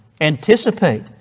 Anticipate